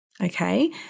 Okay